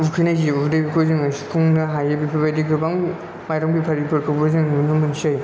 उखैनाय जि उदैखौ जोङो सुफुंनो हायो बेफोरबायदि गोबां माइरं बेफारिफोरखौबो जों नुनो मोनसै